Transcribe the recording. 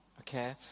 Okay